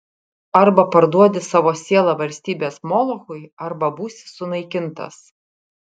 arba parduodi savo sielą valstybės molochui arba būsi sunaikintas